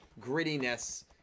grittiness